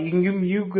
இங்கு μ0